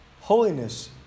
Holiness